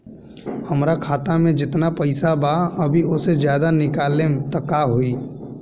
हमरा खाता मे जेतना पईसा बा अभीओसे ज्यादा निकालेम त का होई?